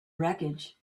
wreckage